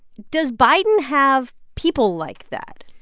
does biden have people like that?